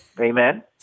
Amen